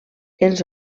els